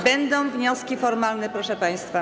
Będą wnioski formalne, proszę państwa.